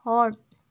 on